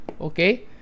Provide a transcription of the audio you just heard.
Okay